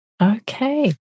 Okay